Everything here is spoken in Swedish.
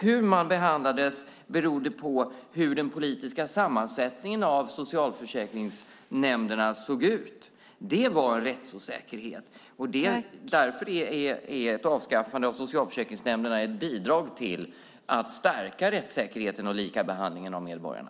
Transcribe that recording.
Hur man behandlades berodde på hur den politiska sammansättningen av socialförsäkringsnämnderna såg ut. Det var en rättsosäkerhet. Därför är ett avskaffande av socialförsäkringsnämnderna ett bidrag till att stärka rättssäkerheten och likabehandlingen av medborgarna.